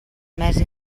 més